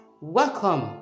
Welcome